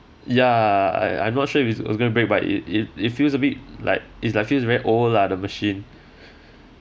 ya I I'm not sure if it was going to break but it it it feels a bit like it's like feel very old lah the machine